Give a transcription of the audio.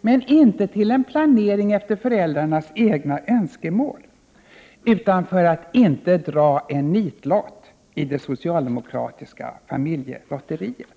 Men det skulle inte leda till en planering efter föräldrarnas egna önskemål, utan de skulle få planera för att inte dra en nitlott i det socialdemokratiska familjelotteriet.